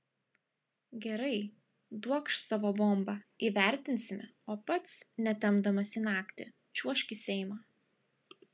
gerai duokš savo bombą įvertinsime o pats netempdamas į naktį čiuožk į seimą